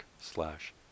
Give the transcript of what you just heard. slash